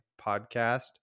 podcast